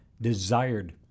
desired